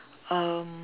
um